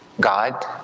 God